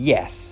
Yes